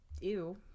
ew